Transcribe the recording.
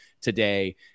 today